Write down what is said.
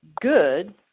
good